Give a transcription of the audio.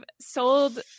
sold